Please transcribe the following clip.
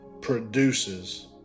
produces